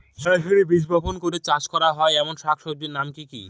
সরাসরি বীজ বপন করে চাষ করা হয় এমন শাকসবজির নাম কি কী?